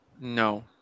No